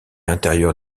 intérieur